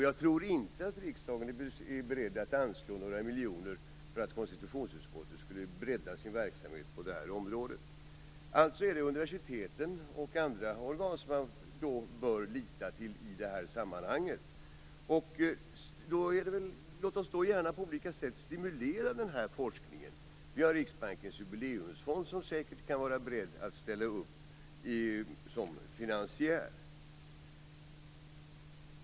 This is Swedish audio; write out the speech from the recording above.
Jag tror inte att riksdagen är beredd att anslå några miljoner för att konstitutionsutskottet skall bredda sin verksamhet på området. Alltså är det universiteten och andra organ man bör lita på i det här sammanhanget. Låt oss då gärna på olika sätt stimulera forskningen. Vi har Riksbankens Jubileumsfond som säkert kan vara beredd att ställa upp som finansiär.